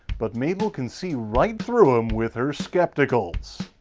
but mabel can see right through him with her skepticals.